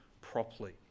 properly